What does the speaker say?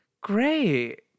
great